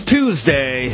Tuesday